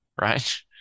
right